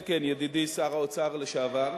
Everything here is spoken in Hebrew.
כן כן, ידידי שר האוצר לשעבר.